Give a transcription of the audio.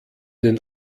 den